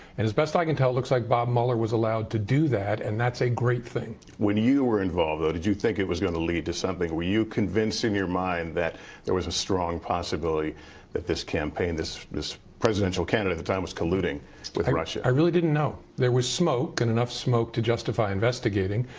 and as best i can tell, looks like bob mueller was allowed to do that, and that's a great thing. when you were involved, though, did you think it was going to lead to something? were you convinced in your mind there was a strong possibility that this campaign this this presidential candidate at the time, was colluding with russia? i really didn't know. there was smoke and enough smoke to justify investigating.